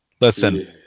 Listen